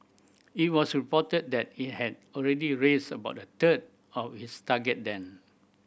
it was reported that it had already raised about a third of its target then